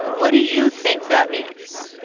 what do you think that means?